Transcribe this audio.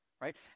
right